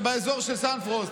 שבאזור של סנפרוסט,